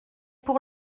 pour